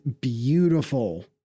beautiful